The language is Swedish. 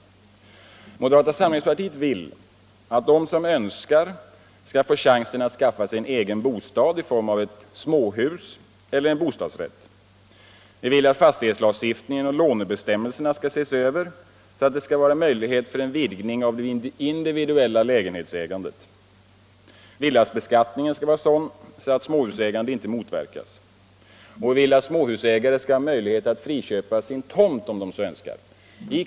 Moderata samlingspartiet vill att de som så önskar skall få chansen att skaffa sig en egen bostad i form av ett småhus eller en bostadsrätt. Vi vill att fastighetslagstiftningen och lånebestämmelserna skall ses över för att möjliggöra en vidgning av det individuella lägenhetsägandet. Villabeskattningen skall vara sådan att småhusägande inte motverkas. Vi vill att småhusägare skall ha möjlighet att friköpa sin tomt, om de önskar det.